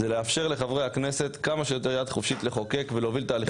לאפשר לחברי הכנסת כמה שיותר יד חופשית לחוקק ולהוביל תהליכים.